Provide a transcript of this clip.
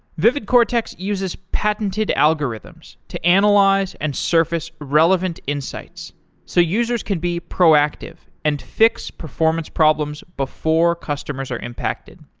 vividcortex uses patented algorithms to analyze and surface relevant insights so users can be proactive and fix performance problems before customers are impacted.